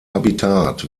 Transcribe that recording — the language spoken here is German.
habitat